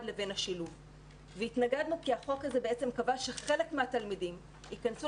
לבין השילוב מכיוון שהחוק הזה קבע שחלק מהתלמידים ייכנסו